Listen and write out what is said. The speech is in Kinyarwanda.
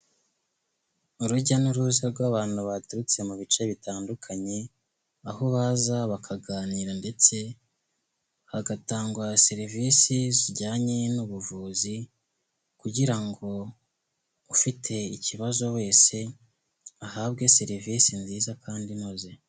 Urujya n'uruza rw'abantu baturutse mu bice bitandukanye, aho baza bakaganira ndetse hagatangwa serivisi zijyanye n'ubuvuzi, kugira ngo ufite ikibazo wese ahabwe serivisi nziza kandi inoze.